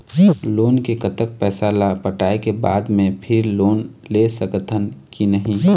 Loan के कतक पैसा ला पटाए के बाद मैं फिर लोन ले सकथन कि नहीं?